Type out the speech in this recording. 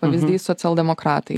pavyzdys socialdemokratai